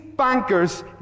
bankers